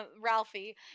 ralphie